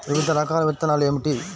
వివిధ రకాల విత్తనాలు ఏమిటి?